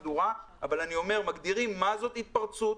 מגדירים מה זו התפרצות,